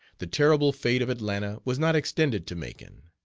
the terrible fate of atlanta was not extended to macon.